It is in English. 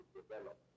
develop